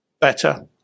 better